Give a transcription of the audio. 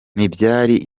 ntibyari